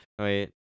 Wait